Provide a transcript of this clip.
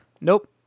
Nope